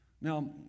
Now